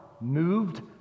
moved